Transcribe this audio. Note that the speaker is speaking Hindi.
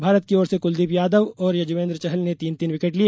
भारत की ओर से कुलदीप यादव और युज़वेन्द्र चहल ने तीन तीन विकेट लिए